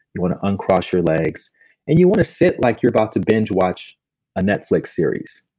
you want to uncross your legs and you want to sit like you're about to binge watch a netflix series